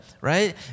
right